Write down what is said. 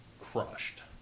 crushed